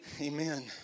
Amen